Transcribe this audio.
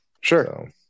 Sure